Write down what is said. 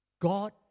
God